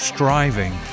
Striving